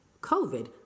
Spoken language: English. COVID